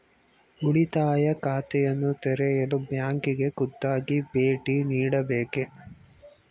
ಉಳಿತಾಯ ಖಾತೆಯನ್ನು ತೆರೆಯಲು ಬ್ಯಾಂಕಿಗೆ ಖುದ್ದಾಗಿ ಭೇಟಿ ನೀಡಬೇಕೇ?